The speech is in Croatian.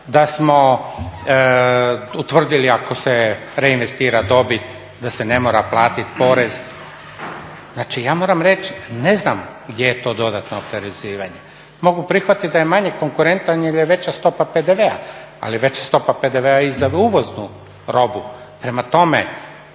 da smo utvrdili ako se preinvestira dobit da se ne mora platiti porez. Znači ja moram reći ne znam gdje je to dodatno oporezivanje. Mogu prihvatiti da je manje konkurentan jer je veća stopa PDV ali veća stopa PDV-a je i za uvoznu robu. Prema tome,